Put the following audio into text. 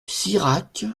sirac